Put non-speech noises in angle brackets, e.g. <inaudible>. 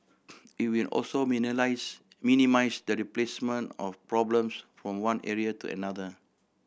<noise> it will also <unintelligible> minimise the displacement of problems from one area to another